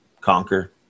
conquer